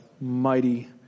mighty